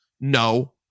No